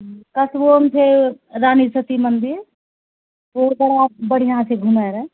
कस्बोमे छै रानी सती मन्दिर ओहो बड़ा बढ़िआँ छै घुमैला